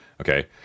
Okay